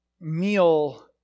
meal